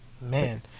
Man